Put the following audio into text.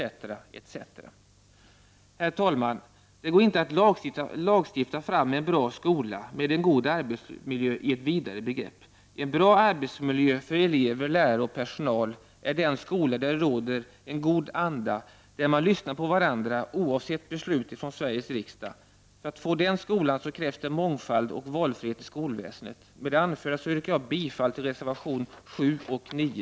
Herr talman! Det går inte att lagstifta fram en bra skola med en god arbetsmiljö i ett vidare begrepp. En bra arbetsmiljö för elever, lärare och personal är den skola där det råder en god anda, där man lyssnar på varandra oavsett beslut från Sveriges riksdag. För att få den skolan krävs det mångfald och valfrihet i skolväsendet. Med det anföra yrkar jag bifall till reservationerna 7 och 9.